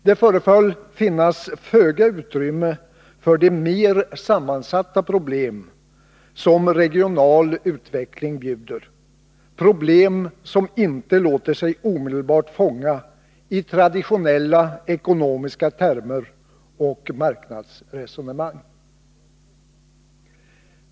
Det föreföll finnas föga utrymme för de mer sammanfattande problem som regional utveckling erbjuder, problem som inte låter sig omedelbart fånga i traditionella ekonomiska termer och marknadsresonemang.